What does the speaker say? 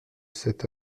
cet